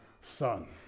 son